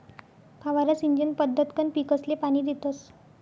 फवारा सिंचन पद्धतकंन पीकसले पाणी देतस